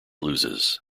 loses